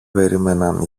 περίμεναν